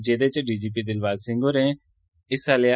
जेह्दे च D G P Dilbagh Singh होरें बी हिस्सा लेआ